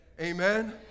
amen